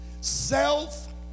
self